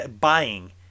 buying